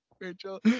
Rachel